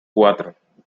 cuatro